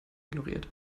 ignoriert